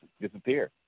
disappear